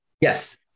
Yes